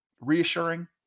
reassuring